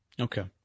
Okay